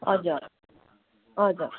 हजुर हजुर